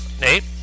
Nate